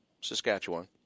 Saskatchewan